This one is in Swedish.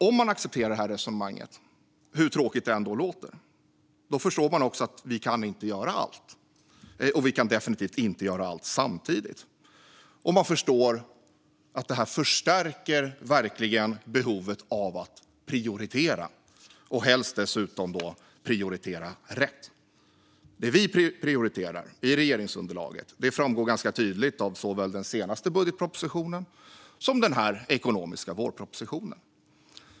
Om man accepterar detta resonemang, hur tråkigt det än låter, förstår man att vi inte kan göra allt och definitivt inte göra allt samtidigt. Man förstår också att det verkligen förstärker behovet av att prioritera och helst prioritera rätt. Det som vi i regeringsunderlaget prioriterar framgår tydligt av såväl den senaste budgetpropositionen som den ekonomiska vårpropositionen.